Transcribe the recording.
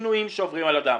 שינויים שעוברים על אדם,